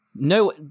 No